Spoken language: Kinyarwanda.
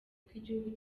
bw’igihugu